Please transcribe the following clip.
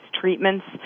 treatments